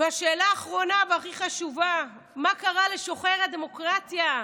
והשאלה אחרונה והכי חשובה: מה קרה לשוחר הדמוקרטיה?